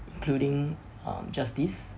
including um justice